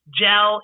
gel